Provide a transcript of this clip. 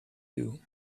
you